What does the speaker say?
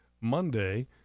monday